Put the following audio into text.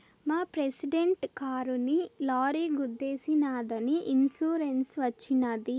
మా ప్రెసిడెంట్ కారుని లారీ గుద్దేశినాదని ఇన్సూరెన్స్ వచ్చినది